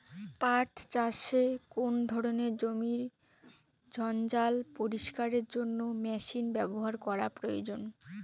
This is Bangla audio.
পাট চাষে কোন ধরনের জমির জঞ্জাল পরিষ্কারের জন্য মেশিন ব্যবহার করা প্রয়োজন?